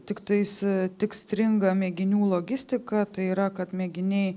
tiktais tik stringa mėginių logistiką tai yra kad mėginiai